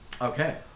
Okay